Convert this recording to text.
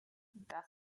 das